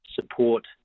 support